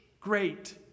great